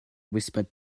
whispered